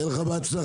שיהיה לך בהצלחה.